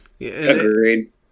Agreed